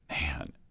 Man